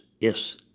Yes